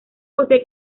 posee